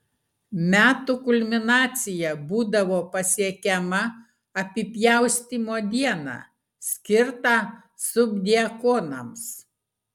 metų kulminacija būdavo pasiekiama apipjaustymo dieną skirtą subdiakonams